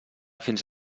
fins